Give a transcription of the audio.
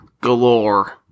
Galore